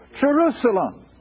Jerusalem